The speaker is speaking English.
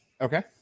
Okay